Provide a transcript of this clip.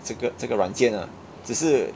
这个这个软件 ah 只是